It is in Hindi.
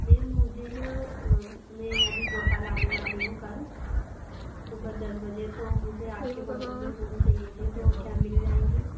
मेम मुझे ना में अभी भोपाल आने वाली हूँ कल सुबह दस बजे तो मुझे आपकी होटल में रूम चाहिए थे तो क्या मिल जाएंगे